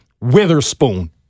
Witherspoon